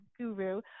guru